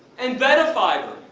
and benefiber.